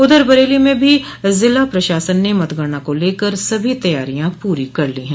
उधर बरेली में भी जिला पशासन ने मतगणना को लकर सभो तैयारिया पूरी कर ली है